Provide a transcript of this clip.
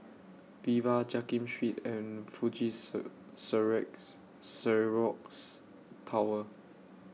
Viva Jiak Kim Street and Fuji Xerox Tower